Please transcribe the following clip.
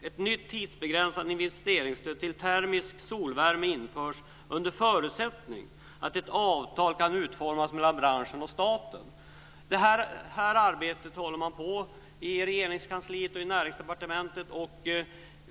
Ett nytt tidsbegränsat investeringsstöd till termisk solvärme införs under förutsättning att ett avtal kan utformas mellan branschen och staten. Det här arbetet pågår i Regeringskansliet och i Näringsdepartementet.